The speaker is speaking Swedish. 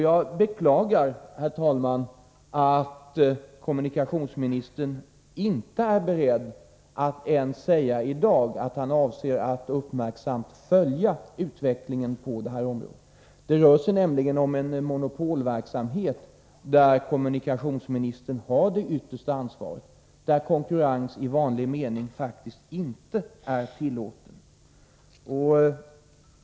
Jag beklagar, herr talman, att kommunikationsministern i dag inte ens är beredd att säga att han avser att uppmärksamt följa utvecklingen på det här området. Det rör sig nämligen om en monopolverksamhet, för vilken kommunikationsministern har det yttersta ansvaret och där konkurrens i vanlig mening faktiskt inte är tillåten.